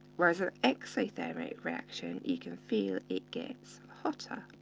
whereas an exothermic reaction, you can feel it gets hotter.